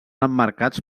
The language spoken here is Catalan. emmarcats